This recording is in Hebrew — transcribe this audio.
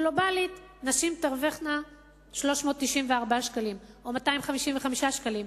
גלובלית נשים תרווחנה 394 שקלים, או 255 שקלים.